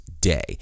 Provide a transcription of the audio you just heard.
Day